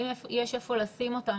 האם יש איפה לשים אותם,